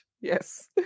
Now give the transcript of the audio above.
Yes